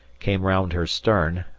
came round her stern,